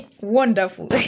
Wonderful